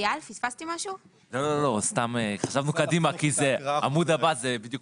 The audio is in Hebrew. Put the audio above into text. חשבנו קדימה, בעמוד הבא זה ממשיך.